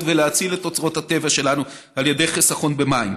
ולהציל את אוצרות הטבע שלנו על ידי חיסכון במים,